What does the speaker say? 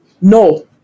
no